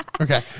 Okay